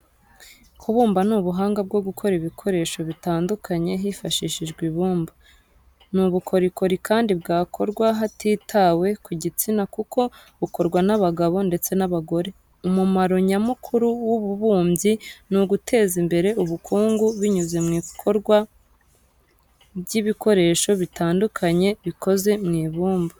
Kubumba ni ubuhanga bwo gukora ibikoresho bitandukanye hifashishijwe ibumba. Ni ubukorikori kandi bwakorwa hatitawe ku gitsina kuko bukorwa n'abagabo ndetse n'abagore. Umumaro nyamukuru w'ububumbyi ni uguteza imbere ubukungu binyuze mu ikorwa ry'ibikoresho bitandukanye bikoze mu ibumba.